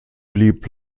blieb